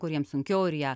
kuriems sunkiau ir jie